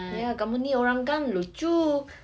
ya kamu ni orang kan lucu